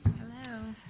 hello.